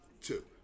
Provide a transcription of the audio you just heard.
Two